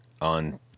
on